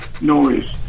noise